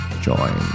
Join